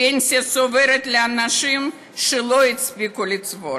פנסיה צוברת של אנשים שלא הספיקו לצבור.